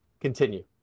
Continue